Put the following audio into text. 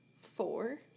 Four